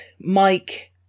Mike